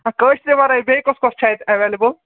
کٲشرٮ۪و وَرٲے بیٚیہِ کۄس کۄس چھےٚ اَتہِ ایٚویلیبُل